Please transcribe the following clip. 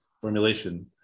formulation